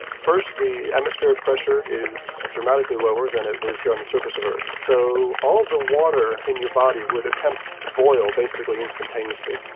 first, the atmospheric pressure is dramatically lower than it is here on the surface of earth. so, all the water in your body would attempt to boil, basically, instantaneously.